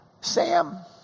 Sam